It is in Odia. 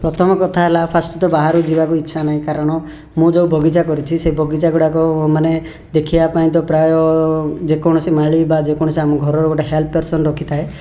ପ୍ରଥମ କଥା ହେଲା ଫାର୍ଷ୍ଟ୍ ତ ବାହାରକୁ ଯିବାକୁ ଇଚ୍ଛା ନାଇଁ କାରଣ ମୁଁ ଯେଉଁ ବଗିଚା କରିଛି ସେ ବଗିଚାଗୁଡ଼ାକ ମାନେ ଦେଖିବା ପାଇଁ ତ ପ୍ରାୟ ଯେକୌଣସି ମାଳୀ ବା ଯେକୌଣସି ଆମ ଘର ଗୋଟେ ହେଲ୍ପ ପର୍ସନ୍ ରଖିଥାଏ